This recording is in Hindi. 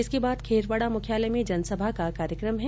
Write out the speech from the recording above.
इसके बाद खेरवाड़ा मुख्यालय में जनसभा का कार्यक्रम है